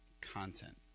Content